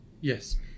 Yes